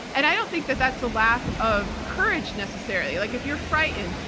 and i don't think that that's a lack of courage, necessarily. like, if you're frightened,